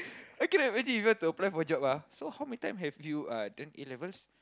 I cannot imagine you going to apply for job ah so how many time have you uh done A-levels